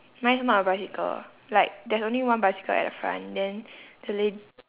mine is not a bicycle like there's only one bicycle at the front then the lad~